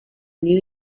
new